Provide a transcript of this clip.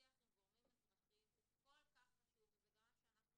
של שיח עם גורמים אזרחיים הוא כל כך חשוב וזה גם משהו שאנחנו